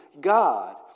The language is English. God